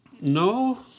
No